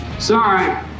Sorry